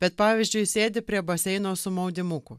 bet pavyzdžiui sėdi prie baseino su maudymuku